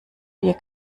bier